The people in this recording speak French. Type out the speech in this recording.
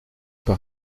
par